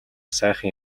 сайхан